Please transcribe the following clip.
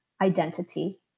identity